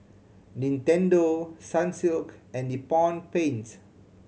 Nintendo Sunsilk and Nippon Paint